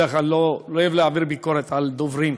בדרך כלל אני לא אוהב להעביר ביקורת על דוברים.